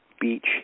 beach